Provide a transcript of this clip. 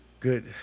Good